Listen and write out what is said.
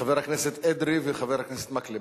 חבר הכנסת אדרי וחבר הכנסת מקלב,